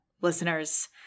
listeners